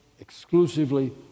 exclusively